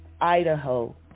Idaho